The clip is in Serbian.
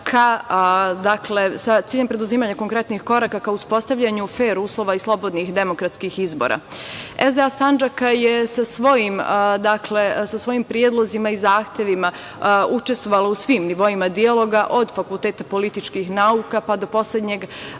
sa ciljem preduzimanja konkretnih koraka ka uspostavljanju fer uslova i slobodnih demokratskih izbora, SDA Sandžaka je sa svojim predlozima i zahtevima učestvovala u svim nivoima dijaloga, od Fakulteta političkih nauka, pa do poslednjeg